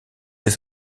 les